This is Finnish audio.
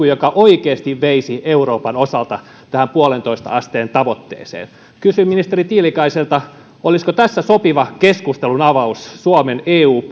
joka oikeasti veisi euroopan osalta tähän yhteen pilkku viiteen asteen tavoitteeseen kysyn ministeri tiilikaiselta olisiko tässä sopiva keskustelunavaus suomen eu